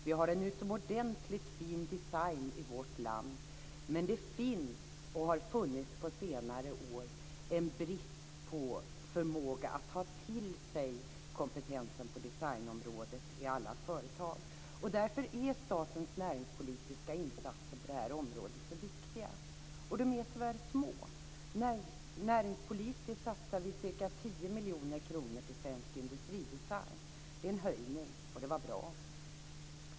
Vi har också en utomordentligt fin design i vårt land. Men det finns, och har funnits på senare år, en brist på förmåga att ta till sig kompetensen på designområdet i alla företag. Därför är statens näringspolitiska insatser på det här området så viktiga. Men de är tyvärr små. Näringspolitiskt satsar vi ca 10 miljoner kronor på svensk industridesign. Det är en höjning, och det var bra.